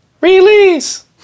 Release